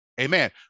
Amen